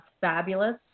fabulous